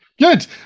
Good